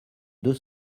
deux